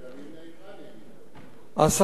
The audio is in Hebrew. הסכנה הבוערת,